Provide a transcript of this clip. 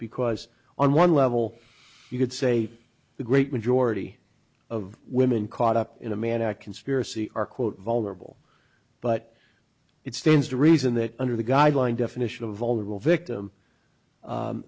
because on one level you could say the great majority of women caught up in a manic conspiracy are quote vulnerable but it stands to reason that under the guideline definition of a vulnerable victim